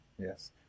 Yes